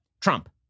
Trump